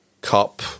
cop